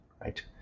right